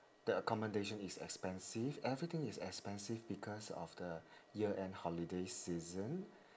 the accommodation is expensive everything is expensive because of the year end holiday season